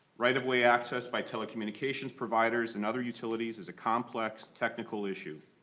right-of-way access by tolkien indications providers and other utilities is a complex technical issue.